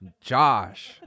Josh